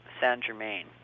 Saint-Germain